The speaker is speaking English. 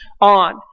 on